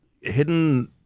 hidden